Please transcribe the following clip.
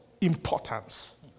importance